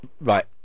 right